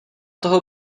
toho